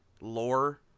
Lore